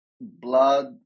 blood